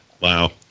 Wow